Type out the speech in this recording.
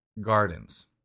Gardens